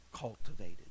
cultivated